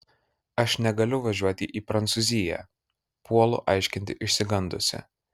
aš negaliu važiuoti į prancūziją puolu aiškinti išsigandusi